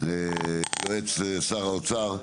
יועץ שר האוצר,